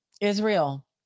israel